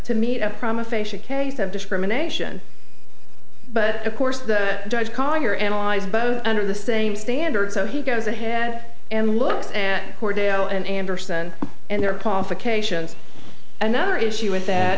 to meet a promise facia case of discrimination but of course the judge collier analyzed both under the same standard so he goes ahead and looks and for dale and anderson and their qualifications another issue with that